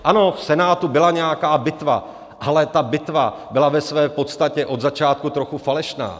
Ano, v Senátu byla nějaká bitva, ale ta bitva byla ve své podstatě od začátku trochu falešná.